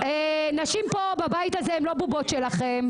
הנשים פה בבית הזה הן לא בובות שלכם,